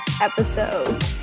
episode